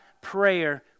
prayer